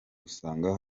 usanga